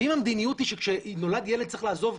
ואם המדיניות ואם המדיניות היא שכנולד ילד צריך לעזוב,